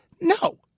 No